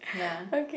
ya